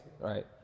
right